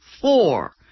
four